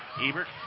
Ebert